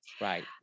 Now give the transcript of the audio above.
Right